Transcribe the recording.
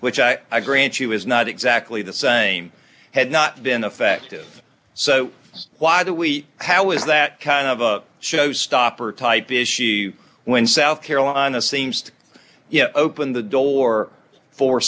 which i agree and she was not exactly the same had not been affected so why do we how is that kind of a show stopper type issue when south carolina seems to open the door for